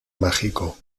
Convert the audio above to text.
mágico